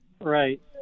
Right